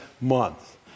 month